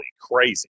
crazy